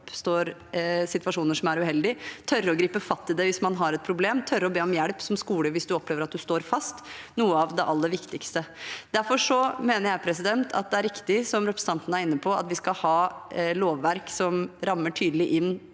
oppstår situasjoner som er uheldige, og tørre å gripe fatt i det hvis man har et problem og be om hjelp som skole hvis man opplever at man står fast, noe av det aller viktigste. Derfor mener jeg det er riktig, som representanten er inne på, at vi skal ha lovverk som rammer tydelig inn